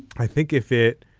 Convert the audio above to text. i think if it